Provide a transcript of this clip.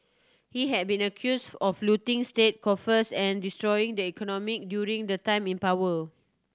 he has been accuse of looting state coffers and destroying the economy during the time in power